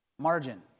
Margin